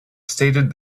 stated